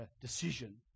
decision